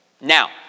Now